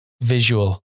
visual